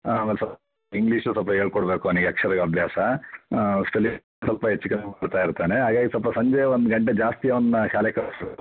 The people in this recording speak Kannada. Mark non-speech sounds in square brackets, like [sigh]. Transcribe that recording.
ಆಮೇಲೆ [unintelligible] ಇಂಗ್ಲೀಷು ಸ್ವಲ್ಪ ಹೇಳ್ಕೊಡ್ಬೇಕು ಅವ್ನಿಗೆ ಅಕ್ಷರಗಳ ಅಭ್ಯಾಸ ಸ್ಪೆಲಿಂಗ್ ಸ್ವಲ್ಪ ಹೆಚ್ಚು ಕಮ್ಮಿ ಮಾಡ್ತಾ ಇರ್ತಾನೆ ಹಾಗಾಗಿ ಸ್ವಲ್ಪ ಸಂಜೆ ಒಂದು ಗಂಟೆ ಜಾಸ್ತಿ ಅವ್ನು ಶಾಲೆಗೆ [unintelligible]